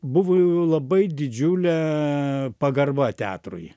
buvo labai didžiulė pagarba teatrui